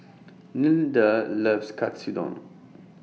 Nilda loves Katsudon